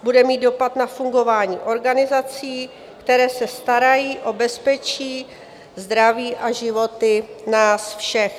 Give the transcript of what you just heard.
Bude to mít dopad na fungování organizací, které se starají o bezpečí, zdraví a životy nás všech.